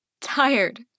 tired